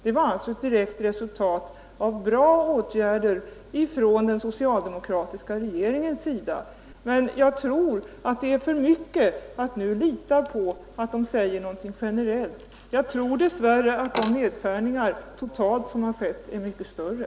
De var alltså ett direkt resultat av bra åtgärder från den socialdemokratiska regeringens sida. Men jag tror att det är för mycket att nu lita på att de säger något generellt. Jag tror dess värre att de nedskärningar som skett totalt är mycket större,